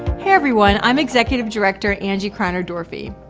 hey everyone, i'm executive director, angie kriner-doorfee.